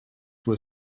were